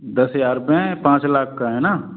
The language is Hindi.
दस हज़अर पर पाँच लाख का है ना